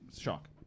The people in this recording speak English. shock